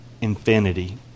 infinity